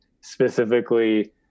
specifically